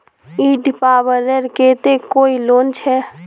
ईद पर्वेर केते कोई लोन छे?